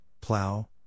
plow